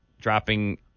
dropping